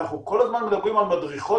אנחנו כל הזמן מדברים על מדריכות